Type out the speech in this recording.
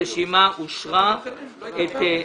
הרשימה אושרה פה אחד.